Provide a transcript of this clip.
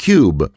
Cube